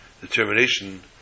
determination